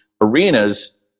arenas